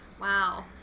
Wow